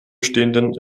stehenden